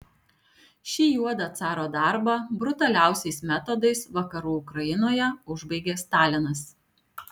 šį juodą caro darbą brutaliausiais metodais vakarų ukrainoje užbaigė stalinas